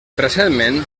recentment